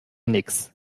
nix